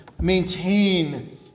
Maintain